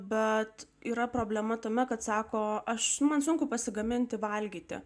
bet yra problema tame kad sako aš man sunku pasigaminti valgyti